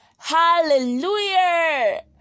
hallelujah